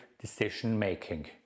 decision-making